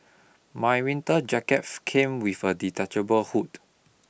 my winter jacket came with a detachable hood